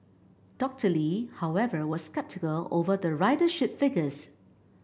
Doctor Lee however was sceptical over the ridership figures